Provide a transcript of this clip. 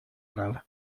nada